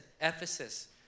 Ephesus